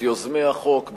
את יוזמי החוק,